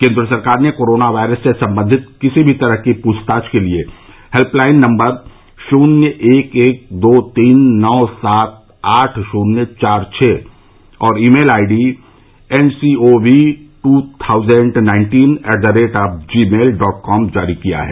केन्द्र सरकार ने कोरोना वायरस से संबंधित किसी भी तरह की पूछताछ के लिए हेल्पलाइन नम्बर शून्य एक एक दो तीन नौ सात आठ शून्य चार छः और email ID N C O V two thousand nineteen at the rate of gmail dot com जारी की है